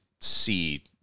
see